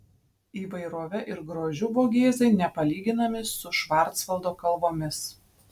įvairove ir grožiu vogėzai nepalyginami su švarcvaldo kalvomis